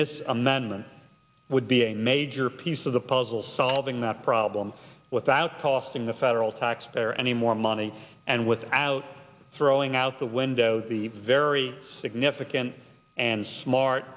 this amendment would be a major piece of the puzzle solving that problem without costing the federal taxpayer any more money and without throwing out the window the very significant and smart